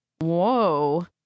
whoa